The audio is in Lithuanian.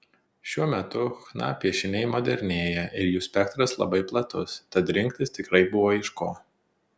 šiuo metu chna piešiniai modernėja ir jų spektras labai platus tad rinktis tikrai buvo iš ko